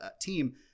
team